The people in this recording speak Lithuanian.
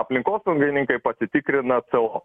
aplinkosaugininkai pasitikrina c o